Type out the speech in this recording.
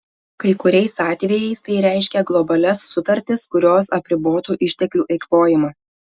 kai kuriais atvejais tai reiškia globalias sutartis kurios apribotų išteklių eikvojimą